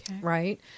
right